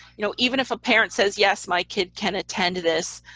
you know, even if a parent says yes my kid can attend this,